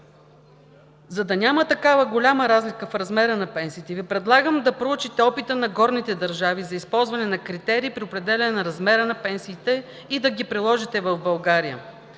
За да няма такава голяма разлика в размера на пенсиите Ви предлагам да проучите опита на горните държави за използване на критерии при определяне на размера на пенсиите и да ги приложите в България.